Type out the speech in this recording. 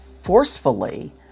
forcefully